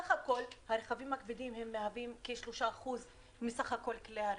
הרכבים הכבדים מהווים כ-3% מסך כול כלי הרכב,